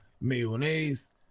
mayonnaise